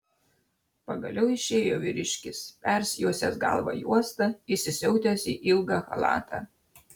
pagaliau išėjo vyriškis persijuosęs galvą juosta įsisiautęs į ilgą chalatą